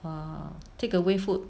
err take away food